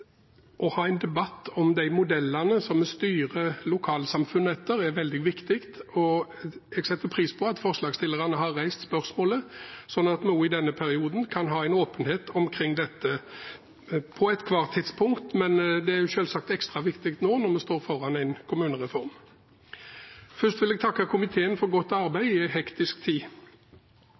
ha en debatt om de modellene som vi styrer lokalsamfunnet etter, er veldig viktig, og jeg setter pris på at forslagsstillerne har reist spørsmålet, slik at vi også i denne perioden kan ha en åpenhet omkring dette på ethvert tidspunkt, men det er selvsagt ekstra viktig nå når vi står foran en kommunereform. Først vil jeg takke komiteen for godt arbeid i en hektisk tid.